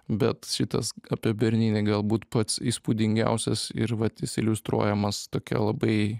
bet šitas apie berninį galbūt pats įspūdingiausias ir vat is iliustruojamas tokia labai